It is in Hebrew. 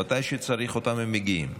כשצריך אותם, הם מגיעים.